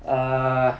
uh